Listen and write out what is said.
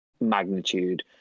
magnitude